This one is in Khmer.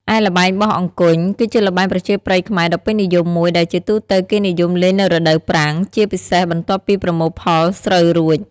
ឯល្បែងបោះអង្គញ់គឺជាល្បែងប្រជាប្រិយខ្មែរដ៏ពេញនិយមមួយ ដែលជាទូទៅគេនិយមលេងនៅរដូវប្រាំង ជាពិសេសបន្ទាប់ពីប្រមូលផលស្រូវរួច ។